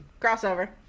crossover